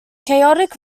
chaotic